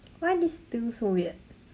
why this thing so weird